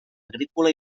agrícola